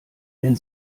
wenn